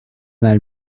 mal